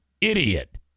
Idiot